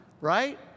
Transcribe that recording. right